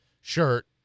shirt